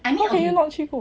how can you not 去过